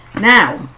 Now